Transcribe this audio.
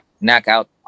knockout